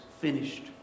finished